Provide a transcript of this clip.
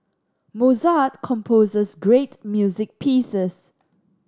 Mozart composes great music pieces